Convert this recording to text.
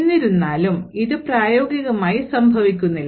എന്നിരുന്നാലും ഇത് പ്രായോഗികമായി സംഭവിക്കുന്നില്ല